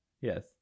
Yes